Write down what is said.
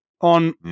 on